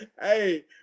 Hey